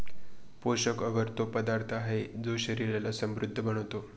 पोषक अगर तो पदार्थ आहे, जो शरीराला समृद्ध बनवतो